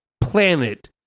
planet